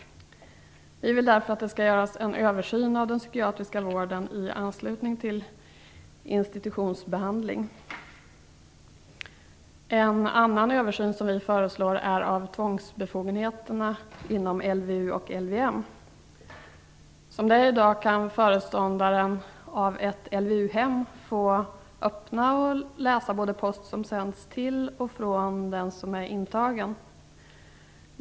Vi vill därför att det skall göras en översyn av den psykiatriska vården i anslutning till institutionsbehandling. Vi föreslår också en översyn av tvångsbefogenheterna inom LVU och LVM. Som det är i dag kan föreståndaren för ett LVU-hem få öppna och läsa post som sänds både till och från den som är intagen.